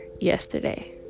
yesterday